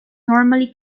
normally